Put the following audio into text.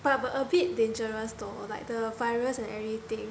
but a bit dangerous though like the virus and everything